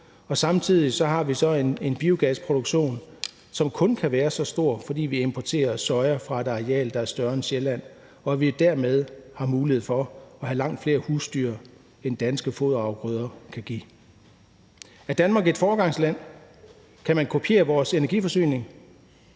så samtidig en biogasproduktion, som kun kan være så stor, fordi vi importerer soja fra et areal, der er større end Sjælland, så vi dermed har mulighed for at have langt flere husdyr, end danske foderafgrøder kan give foder til. Er Danmark et foregangsland? Kan man kopiere vores energiforsyning?